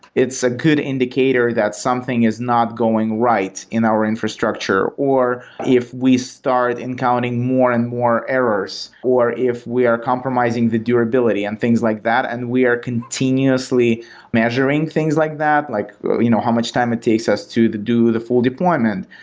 it's a good indicator that something is not going right in our infrastructure, or if we start encountering more and more errors, or if we are compromising the durability and things like that and we are continuously measuring things like that, like you know how much time it takes us to do the full deployment.